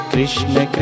Krishna